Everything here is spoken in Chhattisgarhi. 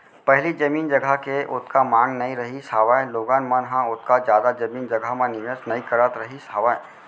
पहिली जमीन जघा के ओतका मांग नइ रहिस हावय लोगन मन ह ओतका जादा जमीन जघा म निवेस नइ करत रहिस हावय